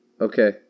Okay